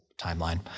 timeline